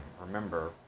remember